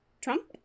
Trump